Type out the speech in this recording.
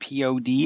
pod